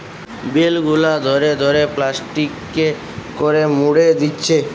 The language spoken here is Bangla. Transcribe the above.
বেল গুলা ধরে ধরে প্লাস্টিকে করে মুড়ে দিচ্ছে